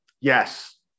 yes